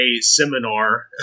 seminar